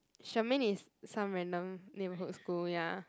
Charmaine is some random neighborhood school ya